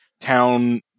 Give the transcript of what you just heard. town